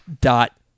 dot